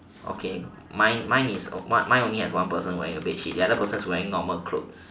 okay mine mine is mine only has one person wearing a bedsheet the other person is wearing normal clothes